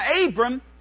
Abram